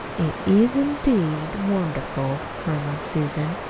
it is, indeed wonderful, murmured susan.